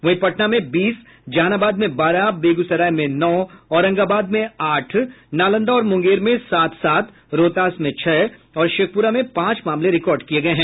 वहीं पटना में बीस जहानाबाद में बारह बेगूसराय में नौ औरंगाबाद में आठ नालंदा और मुंगेर में सात सात रोहतास में छह और शेखपुरा में पांच मामले रिकॉर्ड किये गये हैं